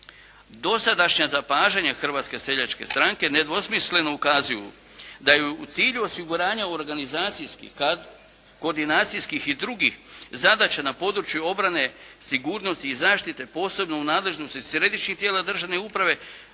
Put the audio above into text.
Dosadašnja zapažanja Hrvatske seljačke stranke nedvosmisleno ukazuju da je u cilju osiguranja organizacijskih, koordinacijskih i drugih zadaća na području obrane, sigurnosti i zaštite posebno u nadležnosti središnjih tijela državne uprave